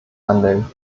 handeln